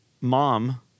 mom